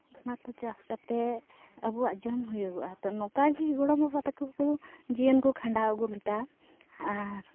ᱚᱱᱟ ᱠᱚ ᱪᱟᱥ ᱠᱟᱛᱮᱫ ᱟᱵᱚᱣᱟᱜ ᱡᱚᱢ ᱦᱩᱭᱩᱜᱚᱜᱼᱟ ᱛᱚ ᱱᱚᱝᱠᱟ ᱜᱮ ᱜᱚᱲᱚᱢ ᱵᱟᱵᱟ ᱛᱟᱠᱚ ᱠᱚ ᱡᱤᱭᱚᱱ ᱠᱚ ᱠᱷᱟᱸᱰᱟᱣ ᱟᱹᱜᱩ ᱞᱮᱫᱟ ᱟᱨ